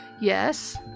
Yes